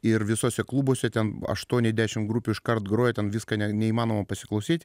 ir visuose klubuose ten aštuoni dešim grupių iškart groja ten viską neįmanoma pasiklausyt